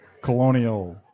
colonial